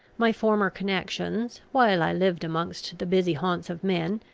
my former connections, while i lived amidst the busy haunts of men,